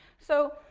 so,